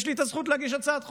יש לי את הזכות להגיש הצעת חוק,